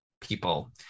people